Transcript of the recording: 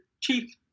chief